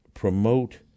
Promote